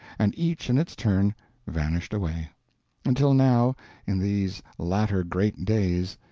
and each in its turn vanished away until now in these latter great days,